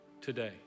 today